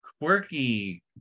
quirky